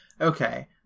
Okay